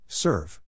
Serve